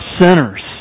sinners